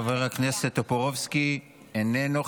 חבר הכנסת טופורובסקי, איננו.